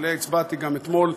שעליה הצבעתי גם אתמול,